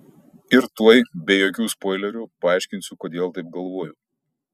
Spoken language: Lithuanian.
ir tuoj be jokių spoilerių paaiškinsiu kodėl taip galvoju